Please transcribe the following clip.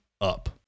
up